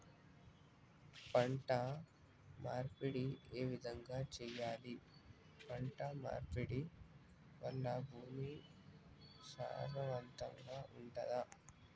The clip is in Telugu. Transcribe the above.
పంట మార్పిడి ఏ విధంగా చెయ్యాలి? పంట మార్పిడి వల్ల భూమి సారవంతంగా ఉంటదా?